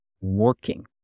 working